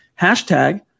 Hashtag